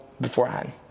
beforehand